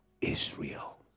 Israel